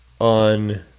on